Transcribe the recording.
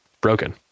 broken